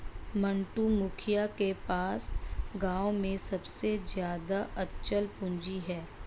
मंटू, मुखिया के पास गांव में सबसे ज्यादा अचल पूंजी है